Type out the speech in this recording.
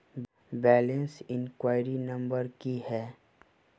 Balance enquiry number की है?